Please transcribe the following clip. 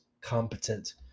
competent